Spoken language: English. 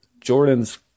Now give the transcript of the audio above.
Jordan's